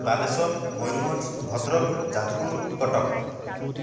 Balasore Mayurbhanj Bhadrak Jajpur Cuttack